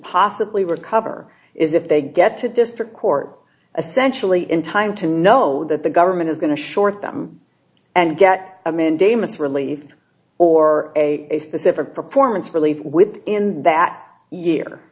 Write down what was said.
possibly recover is if they get to district court essentially in time to know that the government is going to short them and get a mandamus relief or a specific performance relief with in that yea